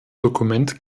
dokument